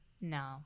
No